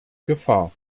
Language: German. gefahr